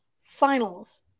Finals